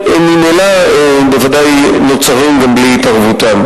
שממילא היו בוודאי נוצרים גם בלי התערבותם.